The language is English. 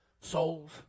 souls